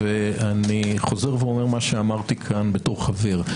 ואני חוזר ואומר מה שאמרתי כאן בתור חבר: